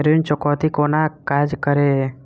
ऋण चुकौती कोना काज करे ये?